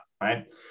right